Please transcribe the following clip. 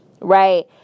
right